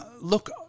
Look